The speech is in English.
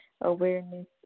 awareness